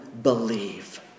believe